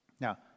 Now